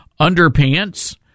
underpants